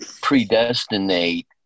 predestinate